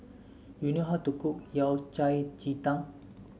do you know how to cook Yao Cai Ji Tang